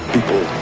People